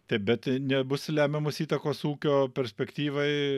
taip bet nebus lemiamos įtakos ūkio perspektyvai